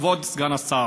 כבוד סגן השר,